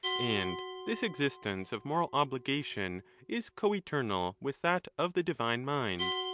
and this existence of moral obligation is co eternal with that of the divine mind.